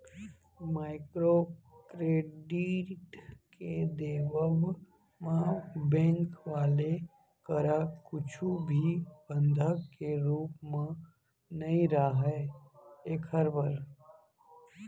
micro credit के देवब म बेंक वाले करा कुछु भी बंधक के रुप म नइ राहय ऐखर बर